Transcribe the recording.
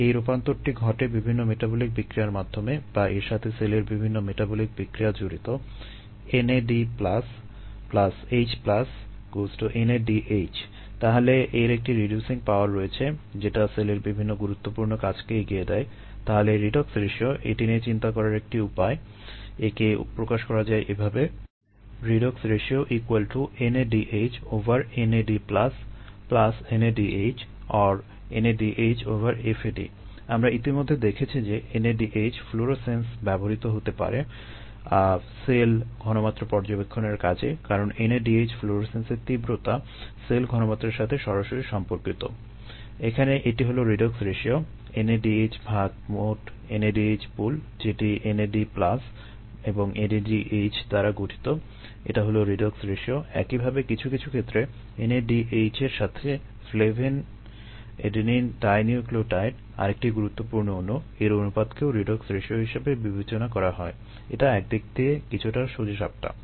এই রূপান্তরটি ঘটে বিভিন্ন মেটাবলিক বিক্রিয়ার মাধ্যমে বা এর সাথে সেলের বিভিন্ন মেটাবলিক বিক্রিয়া জড়িত তাহলে এর একটি রিডিউসিং পাওয়ার এটি নিয়ে চিন্তা করার একটি উপায় একে প্রকাশ করা যায় এভাবে আমরা ইতিমধ্যে দেখেছি যে NADH ফ্লুরোসেন্স আরেকটি গুরুত্বপূর্ণ অণু এর অনুপাতকেও রিডক্স রেশিও হিসেবে বিবেচনা করা হয় এটি একদিক দিয়ে কিছুটা সোজাসাপ্টা